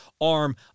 arm